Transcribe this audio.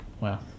Wow